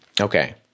Okay